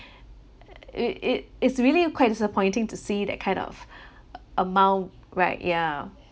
it it it's really quite disappointing to see that kind of a~ amount right ya